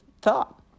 thought